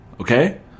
okay